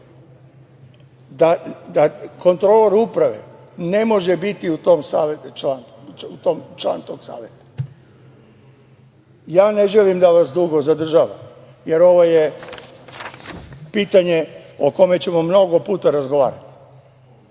da kontrolor Uprave ne može biti član tog Saveta. Ne želim da vas dugo zadržavam, jer ovo je pitanje o kome ćemo mnogo puta razgovarati,